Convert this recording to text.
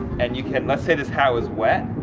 and you can. let's say this hat was wet.